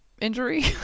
injury